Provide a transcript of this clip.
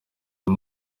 uyu